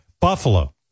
Buffalo